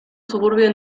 suburbio